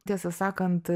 tiesą sakant